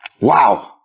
Wow